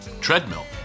Treadmill